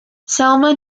selma